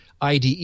ide